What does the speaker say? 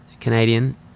Canadian